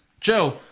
Joe